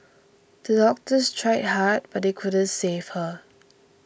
the doctors tried hard but they couldn't save her